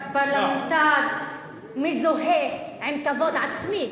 פרלמנטר מזוהה עם כבוד עצמי,